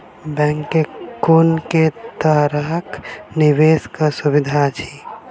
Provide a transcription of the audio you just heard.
Bank मे कुन केँ तरहक निवेश कऽ सुविधा अछि?